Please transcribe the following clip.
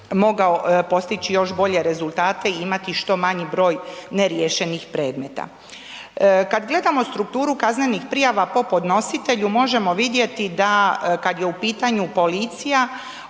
mogao postići još bolje rezultate i imati što manji broj neriješenih predmeta. Kad gledamo strukturu kaznenih prijava po podnositelju možemo vidjeti da kad je u pitanju policija